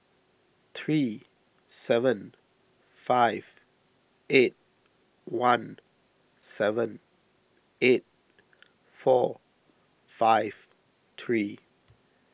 three seven five eight one seven eight four five three